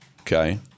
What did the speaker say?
okay